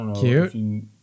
Cute